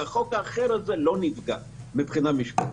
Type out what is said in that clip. והחוק האחר הזה לא נפגע מבחינה משפטית.